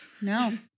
No